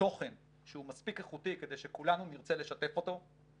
תוכן שהוא מספיק איכותי כדי שכולנו נרצה לשתף אותו,